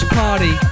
party